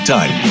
Time